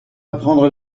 apprendre